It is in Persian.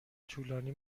طولانی